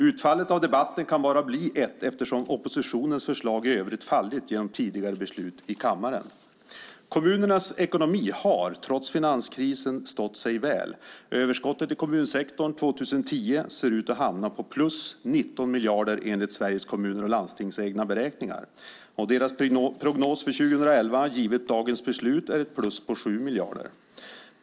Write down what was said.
Utfallet av debatten kan bara bli ett eftersom oppositionens förslag i övrigt fallit genom tidigare beslut i kammaren. Kommunernas ekonomi har, trots finanskrisen, stått sig väl. Överskottet i kommunsektorn 2010 ser ut att hamna på plus 19 miljarder enligt Sveriges Kommuner och Landstings egna beräkningar. Deras prognos för 2011, givet dagens beslut, är ett plus på 7 miljarder.